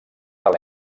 del